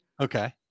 Okay